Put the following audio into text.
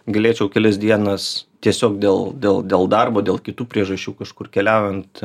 galėčiau kelias dienas tiesiog dėl dėl dėl darbo dėl kitų priežasčių kažkur keliaujant